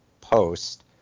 post